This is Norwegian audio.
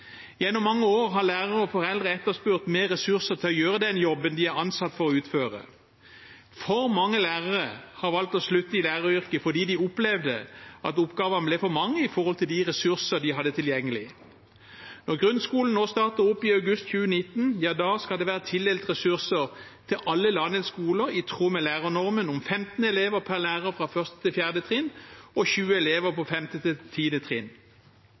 Gjennom mange år har lærere og foreldre etterspurt mer ressurser til å gjøre den jobben de er ansatt for å utføre. For mange lærere har valgt å slutte i læreryrket fordi de opplevde at oppgavene ble for mange i forhold til de ressurser de hadde tilgjengelig. Når grunnskolen nå starter opp i august 2019, skal det være tildelt ressurser til alle landets skoler i tråd med lærernormen om 15 elever per lærer fra 1. til 4. trinn og 20 elever fra 5. til 10. trinn.